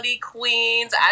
Queens